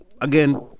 again